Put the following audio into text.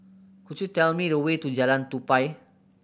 could you tell me the way to Jalan Tupai